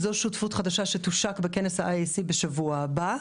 זו שותפות חדשה שתושק בכנס ה-IAC בשבוע הבא.